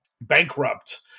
bankrupt